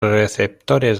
receptores